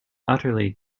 utterly